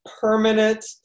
permanent